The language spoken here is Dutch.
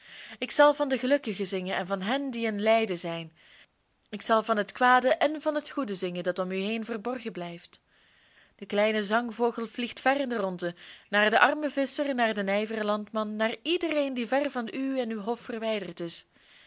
ik zal van de gelukkigen zingen en van hen die in lijden zijn ik zal van het kwade en van het goede zingen dat om u heen verborgen blijft de kleine zangvogel vliegt ver in de rondte naar den armen visscher naar den nijveren landman naar iedereen die ver van u en uw hof verwijderd is